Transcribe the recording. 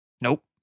Nope